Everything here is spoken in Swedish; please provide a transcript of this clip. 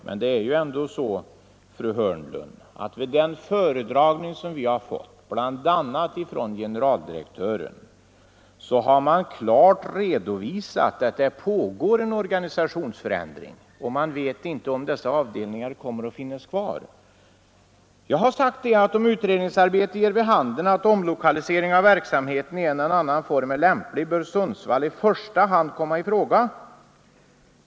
Men det är väl ändå så, fru Hörnlund, att vid den föredragning som hållits, bl.a. av generaldirektören, har det klart redovisats att det pågår en organisationsförändring, och man vet inte om dessa avdelningar kommer att finnas kvar. Jag har sagt att om utredningsarbetet ger vid handen att omlokalisering av verksamheten i en eller annan form är lämplig bör Sundsvall i första hand komma i fråga.